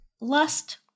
Lust